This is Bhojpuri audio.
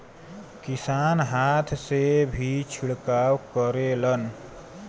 किसान हाथ से भी छिड़काव करेलन